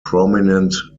prominent